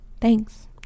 thanks